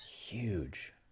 Huge